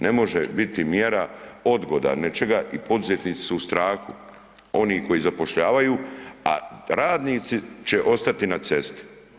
Ne može biti mjera odgoda nečega i poduzetnici su u strahu, oni koji zapošljavaju, a radnici će ostati na cesti.